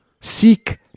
seek